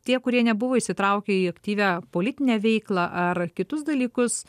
tie kurie nebuvo įsitraukę į aktyvią politinę veiklą ar kitus dalykus